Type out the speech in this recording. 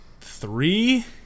three